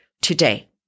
today